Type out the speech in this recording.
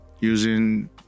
Using